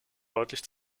deutlich